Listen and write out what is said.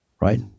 right